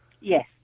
Yes